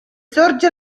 sorge